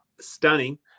stunning